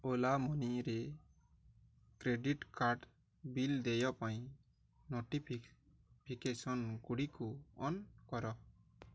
ଓଲା ମନିରେ credit card bill ଦେୟ ପାଇଁ ନୋଟିଫିକେସନ୍ ଗୁଡ଼ିକୁ ଅନ୍ କର